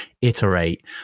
iterate